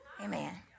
Amen